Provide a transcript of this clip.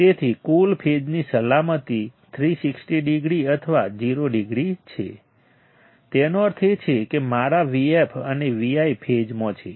તેથી કુલ ફેઝની સલામતી 360 ડિગ્રી અથવા 0 ડિગ્રી છે તેનો અર્થ એ છે કે મારા Vf અને Vi ફેઝમાં છે